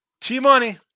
T-Money